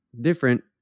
different